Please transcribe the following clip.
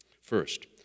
First